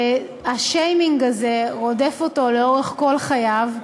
השיימינג הזה רודף אותו לאורך כל חייו.